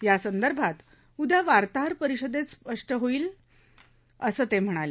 यासंदर्भात उद्या वार्ताहर परिषदेत स्पष्ट होईल असं ते म्हणाले